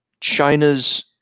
China's